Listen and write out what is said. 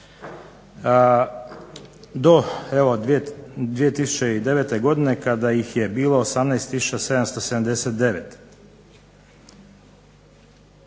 evo 2009. godine, kada ih je bilo 18